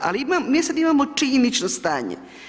Ali, mi sada imamo činjenično stanje.